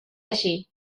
així